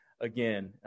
again